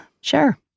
Sure